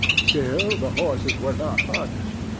still the horses were not harnessed.